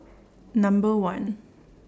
Number one